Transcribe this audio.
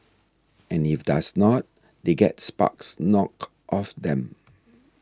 and if does not they get sparks knocked off them